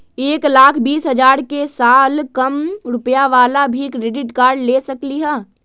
एक लाख बीस हजार के साल कम रुपयावाला भी क्रेडिट कार्ड ले सकली ह?